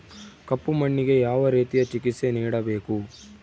ಕಪ್ಪು ಮಣ್ಣಿಗೆ ಯಾವ ರೇತಿಯ ಚಿಕಿತ್ಸೆ ನೇಡಬೇಕು?